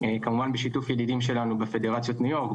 כמובן בשיתוף ידידים שלנו בפדרציות ניו יורק ועוד.